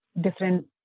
different